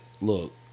look